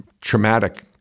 traumatic